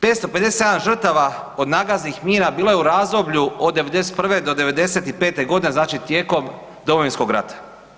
557 žrtava od nagaznih mina bilo je u razdoblju od '91. do '95. godine znači tijekom Domovinskog rata.